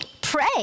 pray